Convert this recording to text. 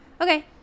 Okay